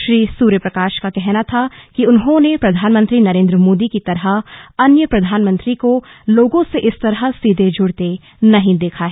श्री सूर्य प्रकाश का कहना था कि उन्होंने प्रधानमंत्री नरेन्द्र मोदी की तरह अन्य प्रधानमंत्री को लोगों से इस तरह सीधे जुड़ते नहीं देखा है